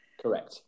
Correct